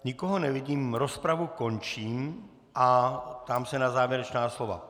Nikoho nevidím, rozpravu končím a ptám se na závěrečná slova.